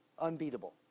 unbeatable